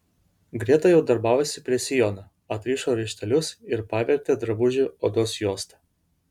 greta jau darbavosi prie sijono atrišo raištelius ir pavertė drabužį odos juosta